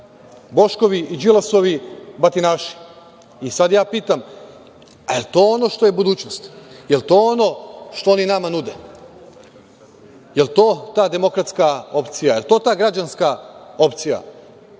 Boškovi i Đilasovi batinaši. Sad ja pitam da li to ono što je budućnost? Da li je to ono što oni nama nude? Da li je to ta demokratska opcija? Da li je to ta građanska opcija?